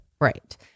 Right